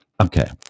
Okay